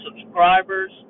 subscribers